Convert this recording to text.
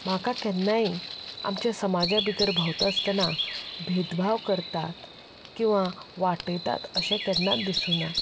म्हाका केन्नाय आमच्या समाजा भितर भोंवता आसतना भेदभाव करतात किंवा वाटयतात अशें केन्नाच दिसूना